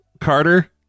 Carter